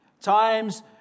Times